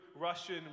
Russian